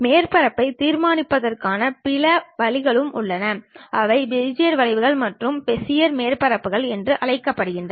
மேற்பரப்புகளை நிர்மாணிப்பதற்கான பிற வழிகளும் உள்ளன அவை பெஜியர் வளைவுகள் மற்றும் பெசியர் மேற்பரப்புகள் என்று அழைக்கப்படுகின்றன